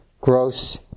gross